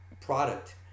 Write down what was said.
product